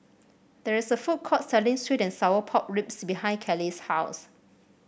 there is a food court selling sweet and Sour Pork Ribs behind Kellee's house